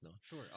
sure